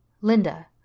Linda